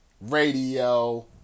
radio